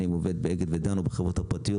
אם הוא עובד באגד או דן או בחברות הפרטיות.